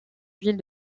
ville